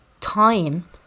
time